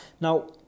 Now